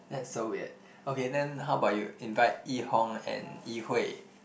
that's so weird okay then how about you invite Yi-Hong and Yi-Hui